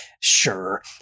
sure